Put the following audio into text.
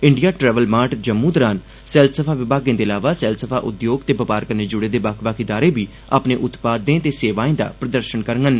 India travel mart Jammu दौरान सैलसफा विभागें दे इलावा सैलसफा उद्योग ते बपार कन्ने जुड़े दे बक्ख बक्ख इदारे बी अपने उत्पादे ते सेवाएं दा प्रदर्शन करगंन